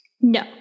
No